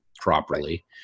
properly